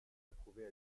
approuvée